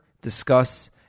discuss